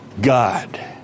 God